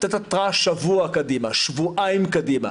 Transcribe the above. לתת התראה שבוע קדימה, שבועיים קדימה.